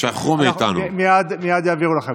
מייד יעבירו לכם.